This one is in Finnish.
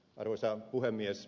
arvoisa puhemies